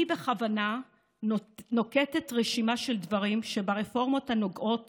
אני בכוונה נוקבת ברשימה של דברים שברפורמות הנוגעות